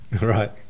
Right